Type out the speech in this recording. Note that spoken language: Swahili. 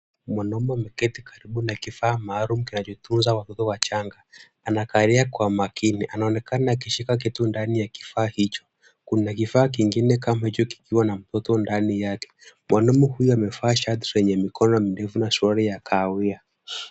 Mwanaume ameketi karibu na kifaa maalum kinachotunza watoto wachanga. Anakalia kwa makini. Anaonekana akishika kitu ndani ya kifaa hicho. Kuna kifaa kingine kama hicho kikiwa na mtoto ndani yake. Mwanaume huyu amevaa shati lenye mikono mirefu na suruali ya kahawia.